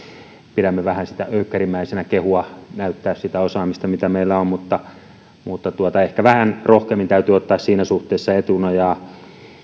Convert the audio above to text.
pidämme vähän öykkärimäisenä kehua ja näyttää sitä osaamista mitä meillä on mutta mutta ehkä vähän rohkeammin täytyy ottaa siinä suhteessa etunojaa